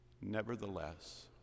Nevertheless